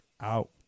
out